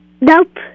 Nope